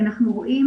כי אנחנו רואים